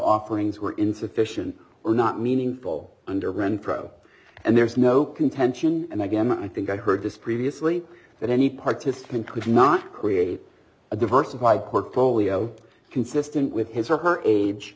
offerings were insufficient or not meaningful underground pro and there is no contention and again i think i heard this previously that any participant could not create a diversified portfolio consistent with his or her age